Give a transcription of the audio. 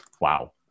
Wow